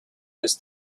was